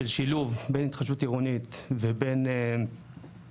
של שילוב בין התחדשות עירונית ובין חיזוק